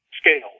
scale